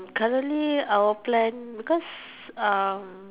currently our plan because